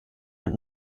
mit